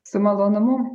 su malonumu